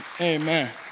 Amen